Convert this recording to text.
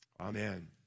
Amen